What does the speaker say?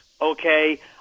okay